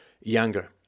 younger